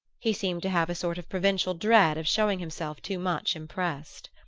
he seemed to have a sort of provincial dread of showing himself too much impressed.